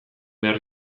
behar